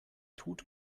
tut